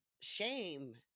shame